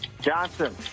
Johnson